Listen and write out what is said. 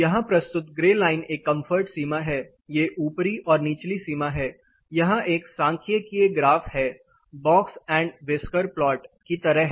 यहाँ प्रस्तुत grey line एक कंफर्ट सीमा है ये ऊपरी और निचली सीमा है यह एक सांख्यिकीय ग्राफ है बॉक्स एंड व्हिक्सर प्लॉट की तरह है